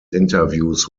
interviews